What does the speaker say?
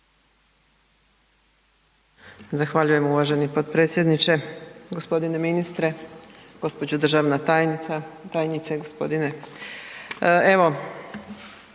Zahvaljujem uvaženi potpredsjedniče, g. ministre, gđo. državna tajnice, gospodine. Evo,